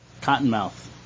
Cottonmouth